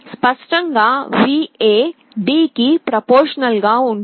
స్పష్టంగా VA D కి ప్రొఫార్మాషనల్ గా ఉంటుంది